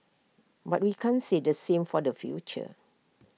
but we can't say the same for the future